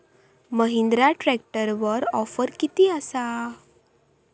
महिंद्रा ट्रॅकटरवर ऑफर किती आसा?